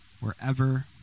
wherever